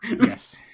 Yes